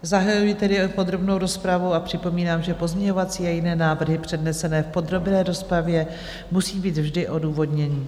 Zahajuji tedy podrobnou rozpravu a připomínám, že pozměňovací a jiné návrhy přednesené v podrobné rozpravě musí být vždy odůvodněny.